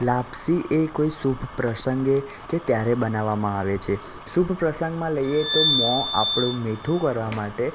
લાપસી એ કોઈ શુભ પ્રસંગે કે ત્યારે બનાવવામાં આવે છે શુભ પ્રસંગમાં લઈએ તો મોં આપણું મીઠું કરવા માટે